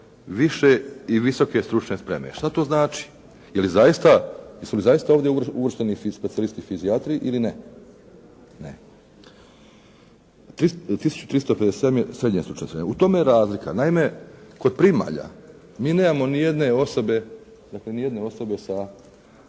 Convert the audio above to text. više ili visoke stručne spreme. Što to znači? Jesu li zaista ovdje uvršteni specijalisti fizijatri ili ne? 1357 je srednja stručna sprema, u tome je razlika. Naime, kod primalja mi nemamo nijedne osobe sa